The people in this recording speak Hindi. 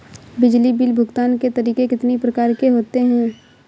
बिजली बिल भुगतान के तरीके कितनी प्रकार के होते हैं?